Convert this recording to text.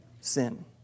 sin